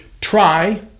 try